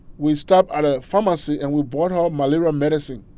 we stop at a pharmacy and we brought her malaria medicine.